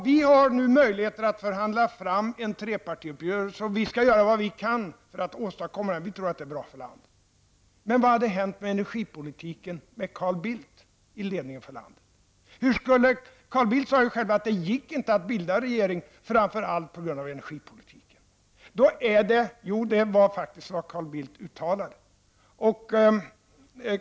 Vi har nu möjligheter att förhandla fram en trepartiuppgörelse, och vi skall göra vad vi kan för att åstadkomma den. Vi tror att det är bra för landet. Men vad hade hänt med energipolitiken med Carl Bildt i ledningen för landet? Carl Bildt sade ju själv att det inte gick att bilda regering, framför allt på grund av energipolitiken. Det var faktiskt vad Carl Bildt uttalade.